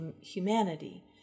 humanity